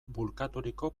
bulkaturiko